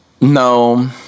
no